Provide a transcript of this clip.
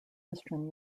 history